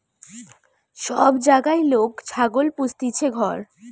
সব জাগায় লোক ছাগল পুস্তিছে ঘর